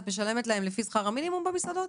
את משלמת להם לפי שכר המינימום במסעדות?